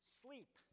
sleep